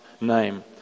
name